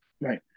Right